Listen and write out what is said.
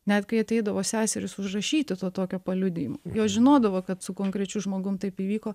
net kai ateidavo seserys užrašyti to tokio paliudijimo jos žinodavo kad su konkrečiu žmogum taip įvyko